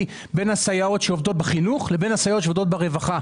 בין הסייעות שעובדות בחינוך לבין הסייעות שעובדות ברווחה.